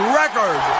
record